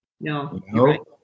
No